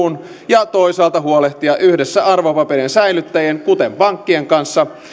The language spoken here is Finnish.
ja toisaalta huolehtia yhdessä arvopaperien säilyttä jien kuten pankkien kanssa